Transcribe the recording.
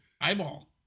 Eyeball